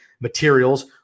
materials